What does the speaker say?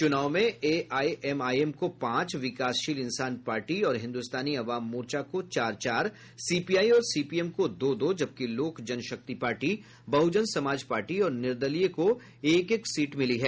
चूनाव में एआईएमआईएम को पांच विकासशील इंसान पार्टी और हिन्दुस्तानी आवाम मोर्चा को चार चार सीपीआई और सीपीएम को दो दो जबकि लोक जनशक्ति पार्टी बहुजन समाज पार्टी और निर्दलीय को एक एक सीट मिली है